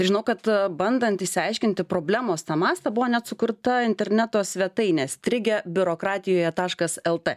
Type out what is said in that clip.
žinau kad bandant išsiaiškinti problemos tą mastą buvo net sukurta interneto svetainė strigę biurokratijoje taškas lt